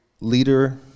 leader